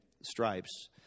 stripes